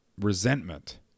resentment